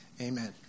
amen